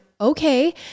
okay